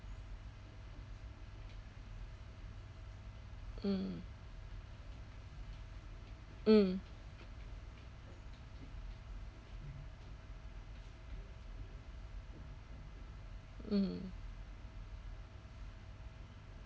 mm mm mm